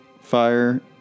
fire